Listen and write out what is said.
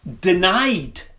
denied